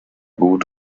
gut